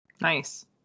Nice